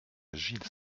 gilles